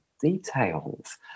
details